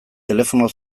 telefono